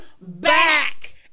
back